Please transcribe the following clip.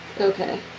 Okay